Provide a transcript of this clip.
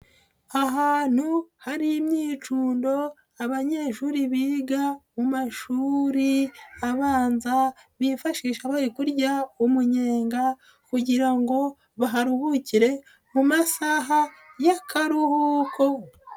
Ahantu hari imyicundo, abanyeshuri biga mu mashuri abanza bifashisha bari kurya umunyenga kugira ngo baharuhukire mu masaha y'akaruhuko.